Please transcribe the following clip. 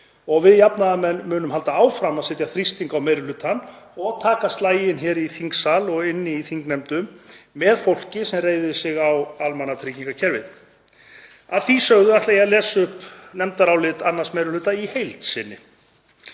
og við jafnaðarmenn munum halda áfram að setja þrýsting á meiri hlutann og taka slaginn hér í þingsal og inni í þingnefndum með fólki sem reiðir sig á almannatryggingakerfið. Að því sögðu ætla ég að lesa upp nefndarálit 2. minni hluta í heild sinni